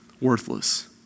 worthless